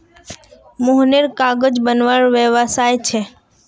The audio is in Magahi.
मोहनेर कागज बनवार व्यवसाय छे